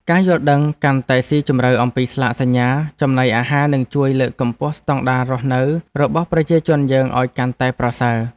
ការយល់ដឹងកាន់តែស៊ីជម្រៅអំពីស្លាកសញ្ញាចំណីអាហារនឹងជួយលើកកម្ពស់ស្តង់ដាររស់នៅរបស់ប្រជាជនយើងឱ្យកាន់តែប្រសើរ។